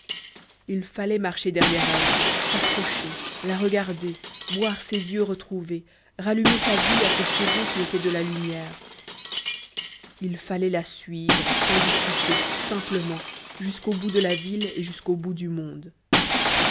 il fallait marcher derrière elle s'approcher la regarder boire ses yeux retrouvés rallumer sa vie à ses cheveux qui étaient de la lumière il fallait la suivre sans discuter simplement jusqu'au bout de la ville et jusqu'au bout du monde